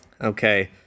Okay